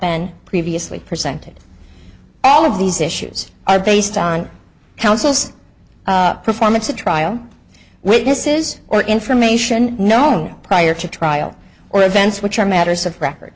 been previously presented all of these issues are based on counsel's performance a trial witnesses or information known prior to trial or events which are matters of record